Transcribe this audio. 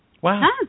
wow